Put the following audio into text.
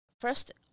First